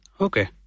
Okay